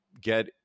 get